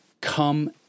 come